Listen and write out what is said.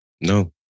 No